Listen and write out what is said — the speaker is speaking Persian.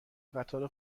قطار